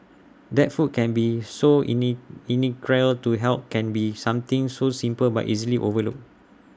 that food can be so IT neat integral to health can be something so simple but easily overlooked